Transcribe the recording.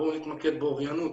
בואו נתמקד באוריינות,